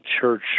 Church